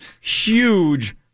Huge